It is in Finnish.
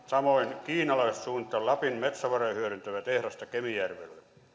samoin kiinalaiset suunnittelevat lapin metsävaroja hyödyntävää tehdasta kemijärvelle